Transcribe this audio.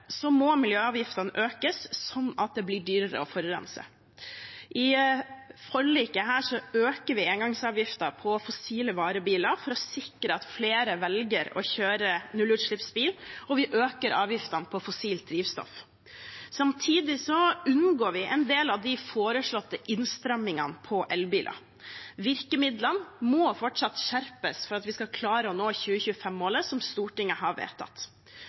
må miljøavgiftene økes, slik at det blir dyrere å forurense. I dette forliket øker vi engangsavgiften på fossile varebiler for å sikre at flere velger å kjøre nullutslippsbil, og vi øker avgiftene på fossilt drivstoff. Samtidig unngår vi en del av de foreslåtte innstrammingene på elbiler. Virkemidlene må fortsatt skjerpes for at vi skal klare å nå 2025-målet som Stortinget har vedtatt.